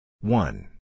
One